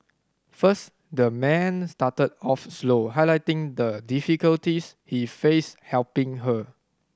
first the man started off slow highlighting the difficulties he faced helping her